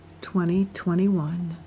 2021